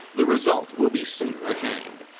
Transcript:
the result will be sooner attained.